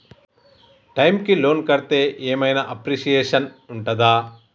Time కి loan కడ్తే ఏం ఐనా అప్రిషియేషన్ ఉంటదా?